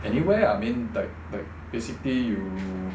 anywhere ah I mean like like basically you